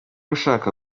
ushaka